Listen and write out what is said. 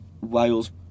Wales